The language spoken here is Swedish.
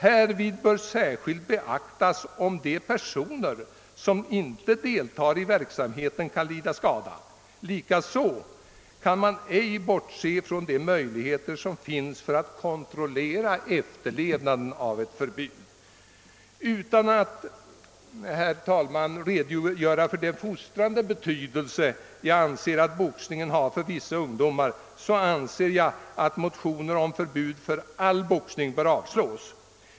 Härvid bör särskilt beaktas om personer, som inte deltar i verksamheten, kan lida skada. Andra omständigheter som man inte kan bortse ifrån är ——— möjligheten att kontrollera efterlevnaden av ett förbud». Herr talman! Utan att redogöra för den fostrande betydelse som boxning en enligt min mening har för vissa ungdomar vill jag hävda att motioner om förbud mot all boxning bör avslås.